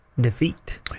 defeat